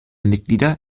mitglieder